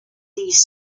these